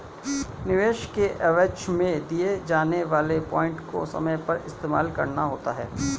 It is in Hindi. निवेश के एवज में दिए जाने वाले पॉइंट को समय पर इस्तेमाल करना होता है